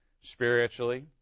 spiritually